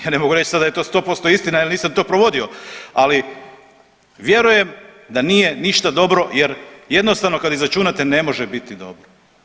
Ja ne mogu reći sad da je to 100% istina jer nisam to provodio, ali vjerujem da nije ništa dobro jer jednostavno, kad izračunate, ne može biti dobro.